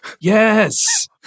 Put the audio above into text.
Yes